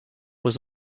was